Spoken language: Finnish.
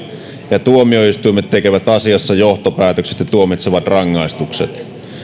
ja tuomioistuimet tekevät asiassa johtopäätökset ja tuomitsevat rangaistukset